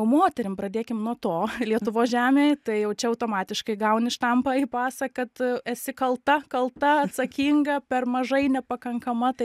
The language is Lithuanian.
moterim pradėkim nuo to lietuvos žemėj tai jau čia automatiškai gauni štampą į pasą kad esi kalta kalta atsakinga per mažai nepakankama tai